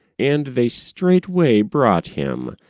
and they straightway brought him.